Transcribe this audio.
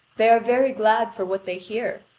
they are very glad for what they hear,